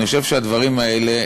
אני חושב שהדברים האלה,